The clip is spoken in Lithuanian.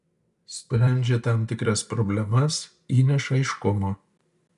sprendžia tam tikras problemas įneša aiškumo